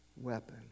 weapon